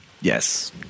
Yes